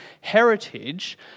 heritage